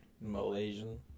Malaysian